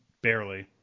Barely